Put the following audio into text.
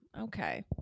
okay